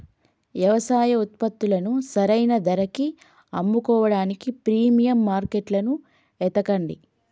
యవసాయ ఉత్పత్తులను సరైన ధరకి అమ్ముకోడానికి ప్రీమియం మార్కెట్లను ఎతకండి